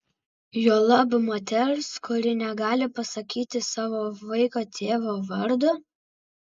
juolab moters kuri negali pasakyti savo vaiko tėvo vardo